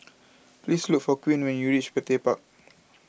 please look for Queen when you reach Petir Park